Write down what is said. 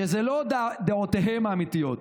שאלה לא דעותיהם האמיתיות.